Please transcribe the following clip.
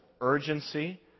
urgency